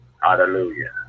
Hallelujah